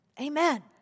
Amen